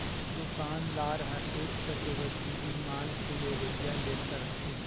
दुकानदार ह टेक्स के वसूली माल के लेवइया ले करथे